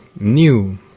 new